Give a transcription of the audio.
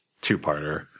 two-parter